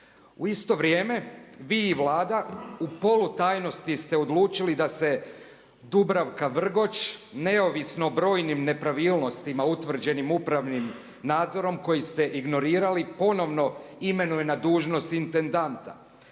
U isto vrijeme vi i Vlada u polu tajnosti ste odlučili da se Dubravka Vrgoč, neovisno o brojnim nepravilnostima utvrđenim upravnim nadzorom koji ste ignorirali ponovno imenuje na dužnost intendanta.